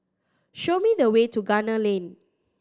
show me the way to Gunner Lane